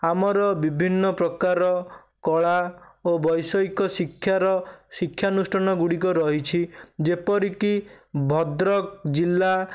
ଆମର ବିଭିନ୍ନ ପ୍ରକାର କଳା ଓ ବୈଷୟିକ ଶିକ୍ଷାର ଶିକ୍ଷାନୁଷ୍ଠାନ ଗୁଡ଼ିକ ରହିଛି ଯେପରିକି ଭଦ୍ରକ ଜିଲ୍ଲା